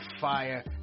fire